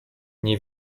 nie